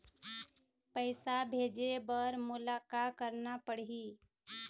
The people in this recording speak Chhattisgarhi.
पैसा भेजे बर मोला का करना पड़ही?